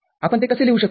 आपण ते कसे लिहू शकता